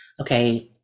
okay